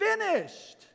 finished